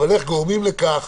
אבל איך גורמים לכך